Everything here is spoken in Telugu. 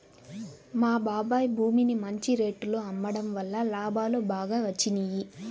మా బాబాయ్ భూమిని మంచి రేటులో అమ్మడం వల్ల లాభాలు బాగా వచ్చినియ్యి